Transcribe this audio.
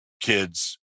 kids